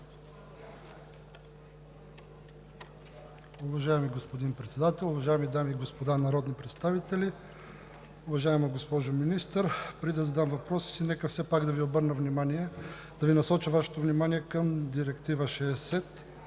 Уважаеми господин Председател, уважаеми дами и господа народни представители! Уважаема госпожо Министър, преди да задам въпрос, нека все пак да Ви обърна внимание и да насоча Вашето внимание към Директива 60